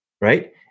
Right